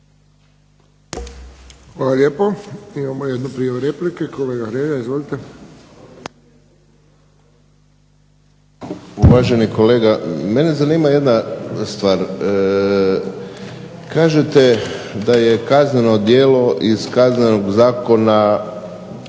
Hvala lijepo. Imamo jednu prijavu replike. Kolega Hrelja, izvolite. **Hrelja, Silvano (HSU)** Uvaženi kolega, mene zanima jedna stvar. Kažete da je kazneno djelo iz Kaznenog zakona